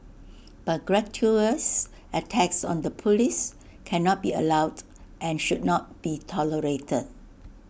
but gratuitous attacks on the Police cannot be allowed and should not be tolerated